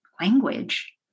language